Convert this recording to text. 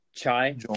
Chai